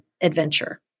adventure